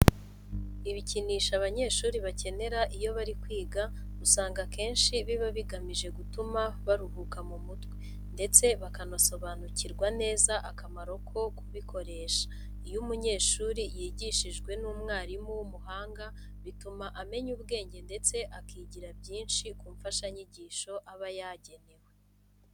Ibikinisho abanyeshuri bakenera iyo bari kwiga usanga akenshi biba bigamije gutuma baruhuka mu mutwe ndetse bakanasobanukirwa neza akamaro ko kubikoresha. Iyo umunyeshuri yigishijwe n'umwarimu w'umuhanga bituma amenya ubwenge ndetse akigira byinshi ku mfashanyigisho aba yagenewe.